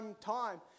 time